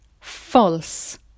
false